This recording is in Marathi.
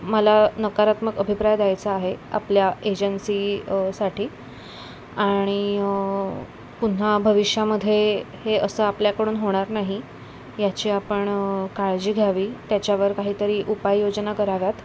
मला नकारात्मक अभिप्राय द्यायचा आहे आपल्या एजन्सीसाठी आणि पुन्हा भविष्यामध्ये हे असं आपल्याकडून होणार नाही याची आपण काळजी घ्यावी त्याच्यावर काहीतरी उपाय योजना कराव्यात